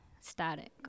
static